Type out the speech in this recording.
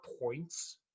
points